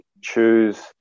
choose